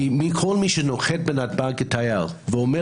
כי כל מי שנוחת בנתב"ג כתייר ואומר